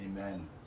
Amen